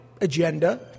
agenda